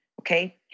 okay